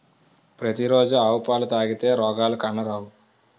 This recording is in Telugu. పతి రోజు ఆవు పాలు తాగితే రోగాలు కానరావు